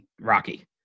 Rocky